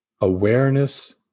awareness